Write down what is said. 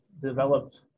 developed